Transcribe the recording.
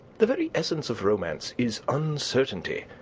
the very essence of romance is uncertainty.